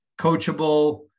coachable